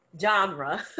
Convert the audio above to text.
Genre